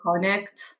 connect